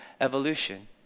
evolution